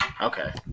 Okay